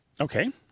Okay